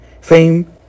Fame